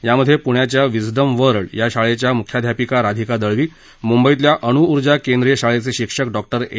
यामधे प्ण्याच्या Wisdom World या शाळेच्या म्ख्याध्यापिका राधिका दळवी म्ंबईतल्या अणूऊर्जा कैंद्रिय शाळेचे शिक्षक डॉ ए